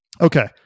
Okay